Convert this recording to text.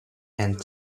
and